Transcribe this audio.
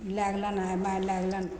लै गेलनि आइ माइ लै गेलनि सभ